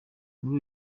muri